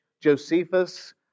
Josephus